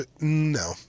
No